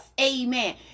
Amen